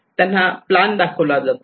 त्यांना प्लान दाखविला जातो